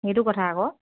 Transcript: সেইটো কথা আকৌ